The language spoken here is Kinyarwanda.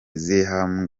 zikamwa